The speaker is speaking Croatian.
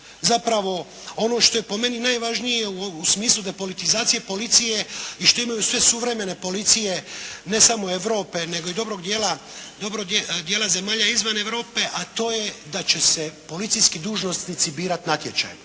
zapravo ono što je po meni najvažnije u smislu depolitizacije policije i što imaju sve suvremene policije ne samo Europe nego i dobrog dijela zemalja izvan Europe, a to je da će se policijski dužnosnici birati natječajem.